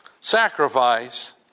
sacrifice